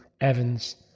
Evans